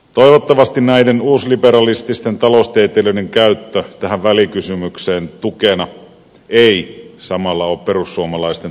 toivottavasti näiden uusliberalististen taloustieteilijöiden käyttö tukena tähän välikysymykseen ei samalla ole perussuomalaisten talouspoliittinen linjaus